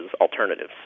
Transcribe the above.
alternatives